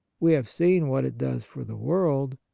we have seen what it does for the world.